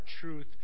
truth